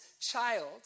child